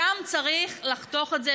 שם צריך לחתוך את זה.